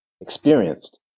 experienced